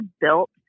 built